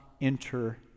enter